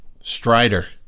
Strider